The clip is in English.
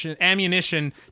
ammunition